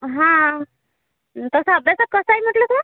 हा तसं अभ्यासात कसं आहे म्हटलं तो